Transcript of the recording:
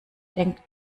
denk